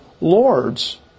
Lord's